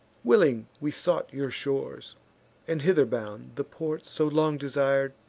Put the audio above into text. willing we sought your shores and, hither bound, the port, so long desir'd,